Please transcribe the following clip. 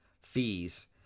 fees